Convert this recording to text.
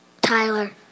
Tyler